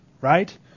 right